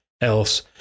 else